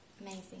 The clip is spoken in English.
Amazing